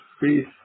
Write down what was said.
faith